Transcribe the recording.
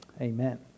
Amen